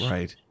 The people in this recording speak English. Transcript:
Right